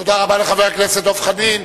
תודה רבה לחבר הכנסת דב חנין.